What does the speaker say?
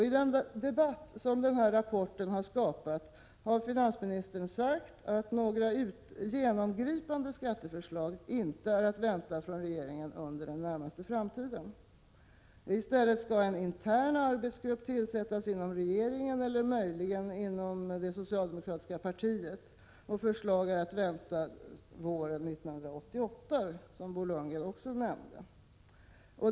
I den debatt som denna rapport har skapat har finansministern sagt att några genomgripande skatteförslag inte är att vänta från regeringen under den närmaste framtiden. I stället skall en intern arbetsgrupp tillsättas inom regeringen eller möjligen inom det socialdemokratiska partiet, och förslag är att vänta våren 1988, som också Bo Lundgren nämnde.